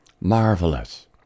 marvelous